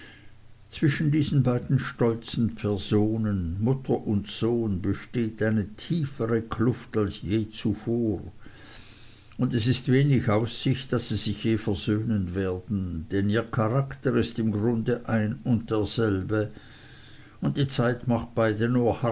zwischen diesen beiden stolzen personen mutter und sohn besteht eine tiefere kluft als je vorher und es ist wenig aussicht daß sie sich je versöhnen werden denn ihr charakter ist im grunde ein und derselbe und die zeit macht beide nur